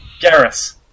Garrus